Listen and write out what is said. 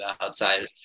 outside